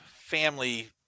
family